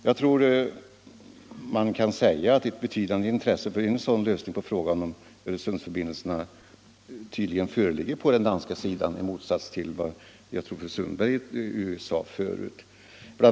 Jag tror att man kan säga att ett betydande intresse för en sådan lösning av frågan om Öresundsförbindelserna tydligen föreligger på den danska sidan, i motsats till vad fru Sundberg sade. Bl.